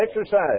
exercise